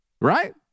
Right